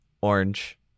Orange